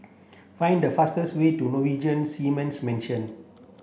find the fastest way to Norwegian Seamen's Mission